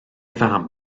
fam